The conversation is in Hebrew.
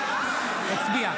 בעד דן, ההצבעה